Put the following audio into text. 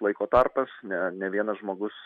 laiko tarpas ne ne vienas žmogus